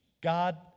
God